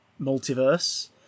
multiverse